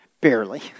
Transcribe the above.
barely